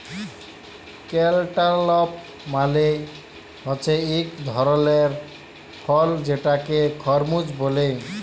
cantaloupe মালে হছে ইক ধরলের ফল যেটাকে খরমুজ ব্যলে